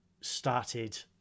started